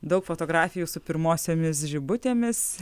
daug fotografijų su pirmosiomis žibutėmis